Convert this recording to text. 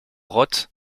roth